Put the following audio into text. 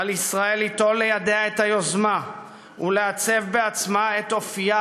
על ישראל ליטול לידיה את היוזמה ולעצב בעצמה את אופייה